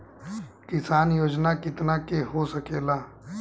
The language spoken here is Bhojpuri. किसान योजना कितना के हो सकेला?